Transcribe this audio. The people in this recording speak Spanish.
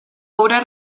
obra